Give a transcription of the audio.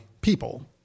people